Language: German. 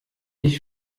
ich